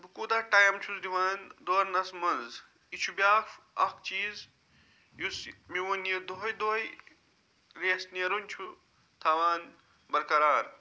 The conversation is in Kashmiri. بہٕ کوٗتاہ ٹایم چھُس دِوان دورنَس مَنٛز یہِ چھُ بیاکھ اکھ چیٖز یُس میون یہِ دۄہَے دۄہَے ریس نیرُن تھاوان چھُ برکرار